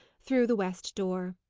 through the west door.